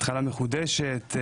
התחלה מחודשת,